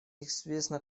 известно